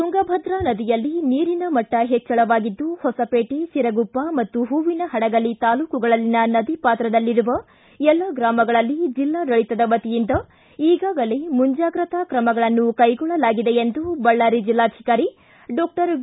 ತುಂಗಾಭದ್ರಾ ನದಿಯಲ್ಲಿ ನೀರಿನ ಮಟ್ಟ ಹೆಚ್ಚಳವಾಗಿದ್ದು ಹೊಸಪೇಟೆ ಸಿರಗುಪ್ಪ ಮತ್ತು ಹೂವಿನಹಡಗಲಿ ತಾಲೂಕುಗಳಲ್ಲಿನ ನದಿಪಾತ್ರದಲ್ಲಿರುವ ಎಲ್ಲ ಗ್ರಾಮಗಳಲ್ಲಿ ಜಿಲ್ಲಾಡಳಿತದ ವತಿಯಿಂದ ಈಗಾಗಲೇ ಮುಂಜಾಗ್ರತಾ ಕ್ರಮಗಳನ್ನು ಕೈಗೊಳ್ಳಲಾಗಿದೆ ಎಂದು ಬಳ್ಳಾರಿ ಜಿಲ್ಲಾಧಿಕಾರಿ ಡಾಕ್ಲರ್ ವಿ